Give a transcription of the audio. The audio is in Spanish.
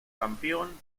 campeón